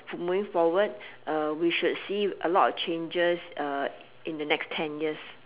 moving forward we should see a lot of changes in the next ten years